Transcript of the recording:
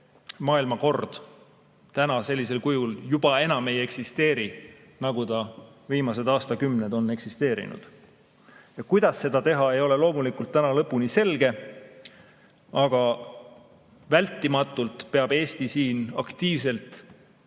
maailmakord täna sellisel kujul juba enam ei eksisteeri, nagu ta viimased aastakümned on eksisteerinud. Kuidas seda teha, ei ole loomulikult täna lõpuni selge. Aga vältimatult peab Eesti siin aktiivselt